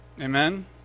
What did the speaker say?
Amen